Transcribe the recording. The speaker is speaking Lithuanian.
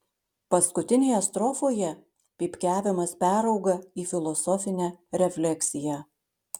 paskutinėje strofoje pypkiavimas perauga į filosofinę refleksiją